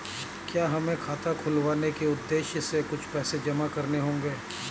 क्या हमें खाता खुलवाने के उद्देश्य से कुछ पैसे जमा करने होंगे?